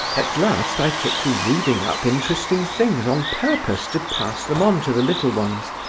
at last i took to reading up interesting things on purpose to pass them on to the little ones,